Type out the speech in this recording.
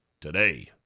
today